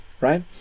right